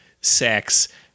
sex